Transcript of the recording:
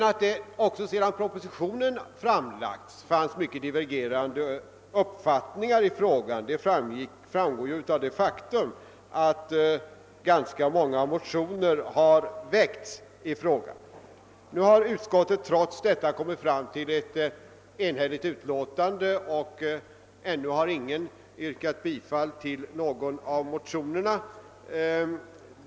Att det också sedan propositionen framlagts finns mycket divergerande uppfattningar i frågan framgår emellertid av det faktum att ganska många motioner har väckts. Utskottet har trots detta kommit fram till ett enhälligt utlåtande, och ännu har ingen yrkat bifall till någon av motionerna.